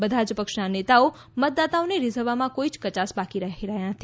બધા જ પક્ષના નેતાઓ મતદાતાઓને રીઝવવામાં કોઇ કચાશ બાકી રાખી રહ્યા નથી